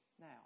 Now